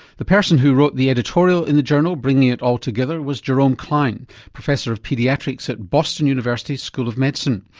the person who wrote the editorial in the journal bringing it all together was jerome klein professor of paediatrics at boston university school of medicine.